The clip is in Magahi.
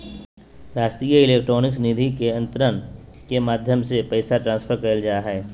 राष्ट्रीय इलेक्ट्रॉनिक निधि अन्तरण के माध्यम से पैसा ट्रांसफर करल जा हय